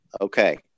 Okay